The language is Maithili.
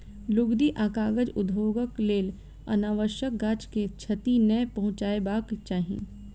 लुगदी आ कागज उद्योगक लेल अनावश्यक गाछ के क्षति नै पहुँचयबाक चाही